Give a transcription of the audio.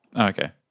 Okay